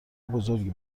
بزرگی